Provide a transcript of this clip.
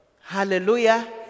hallelujah